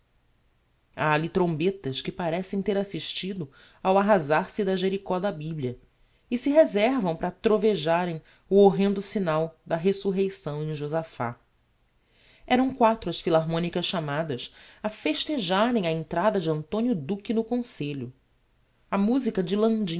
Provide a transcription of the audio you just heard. alli trombetas que parecem ter assistido ao arrazar se da jericó da biblia e se reservam para trovejarem o horrendo signal da resurreição em josaphat eram quatro as philarmonicas chamadas a festejarem a entrada de antonio duque no concelho a musica de landim